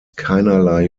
keinerlei